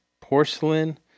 porcelain